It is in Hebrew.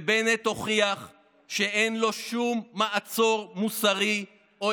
ובנט הוכיח שאין לו שום מעצור מוסרי או